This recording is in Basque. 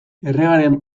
erregearen